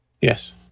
yes